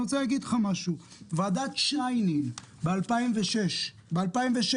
רוצה להגיד לך שוועדת שיינין ב-2006 ב-2006,